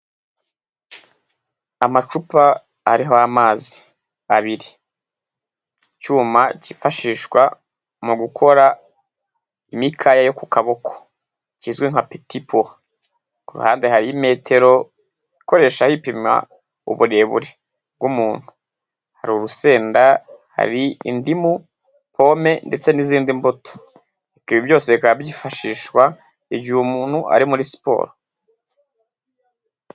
Amacupa ariho amazi abiri. Icyuma cyifashishwa mu gukora imikaya yo ku kaboko kizwi nka petipo, ku ruhande hari imetero ikoreshwa yipima uburebure bw'umuntu, hari urusenda, hari indimu, pome ndetse n'izindi mbuto, ibi byose bikaba byifashishwa igihe umuntu ari muri siporo.